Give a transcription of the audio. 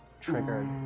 Triggered